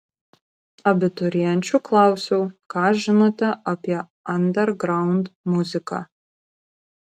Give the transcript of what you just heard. abiturienčių klausiau ką žinote apie andergraund muziką